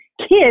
kids